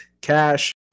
Cash